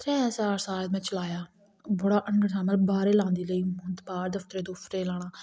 त्रै चार साल में चलाया बडा हंडन सार बाहरे गी लाना बाहर दफ्तरे बगैरा च लाना